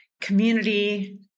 community